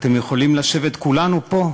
אתם יכולים לשבת, כולנו פה,